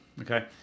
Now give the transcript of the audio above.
okay